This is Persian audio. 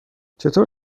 چطور